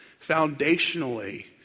foundationally